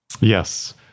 Yes